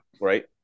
Right